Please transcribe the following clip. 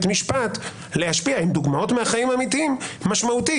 משפט להשפיע עם דוגמאות מהחיים האמיתיים היא משמעותית.